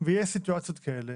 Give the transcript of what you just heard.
ויש סיטואציות כאלה